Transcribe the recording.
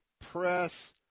press